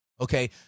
Okay